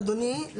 אדוני,